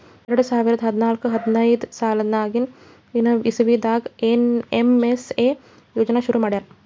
ಎರಡ ಸಾವಿರದ್ ಹದ್ನಾಲ್ಕ್ ಹದಿನೈದ್ ಸಾಲಿನ್ ಇಸವಿದಾಗ್ ಏನ್.ಎಮ್.ಎಸ್.ಎ ಯೋಜನಾ ಶುರು ಮಾಡ್ಯಾರ್